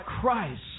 Christ